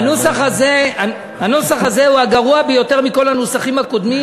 "הנוסח הזה הוא הנוסח הגרוע ביותר מכל הנוסחים הקודמים,